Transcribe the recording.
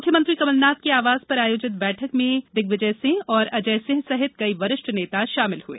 मुख्यमंत्री कमलनाथ के आवास पर आयोजित बैठक में दिग्विजय सिंह और अजय सिंह सहित कई वरिष्ठ नेता शामिल हुए